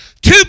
Two